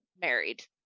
married